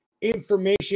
information